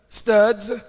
Studs